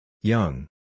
Young